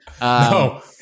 No